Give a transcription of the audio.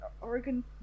Oregon